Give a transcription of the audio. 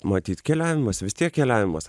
matyt keliavimas vis tiek keliavimas